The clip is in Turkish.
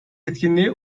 etkinliği